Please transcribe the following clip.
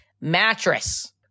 mattress